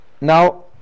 Now